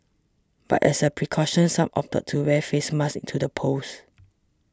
but as a precaution some opted to wear face masks to the polls